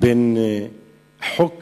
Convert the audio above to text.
בין חוק